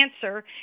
cancer